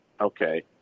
Okay